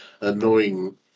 annoying